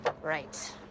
Right